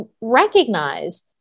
recognize